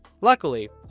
Luckily